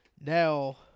now